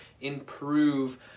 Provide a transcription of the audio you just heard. improve